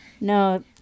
No